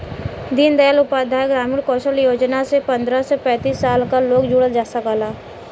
दीन दयाल उपाध्याय ग्रामीण कौशल योजना से पंद्रह से पैतींस साल क लोग जुड़ सकला